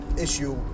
issue